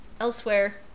Elsewhere